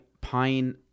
Pine